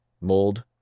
mold